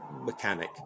mechanic